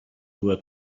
due